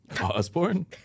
Osborne